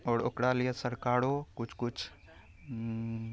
आओर ओकरा लिये सरकारो किछु किछु